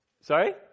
Sorry